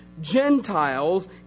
Gentiles